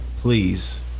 please